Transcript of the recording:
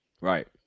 Right